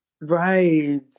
Right